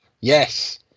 Yes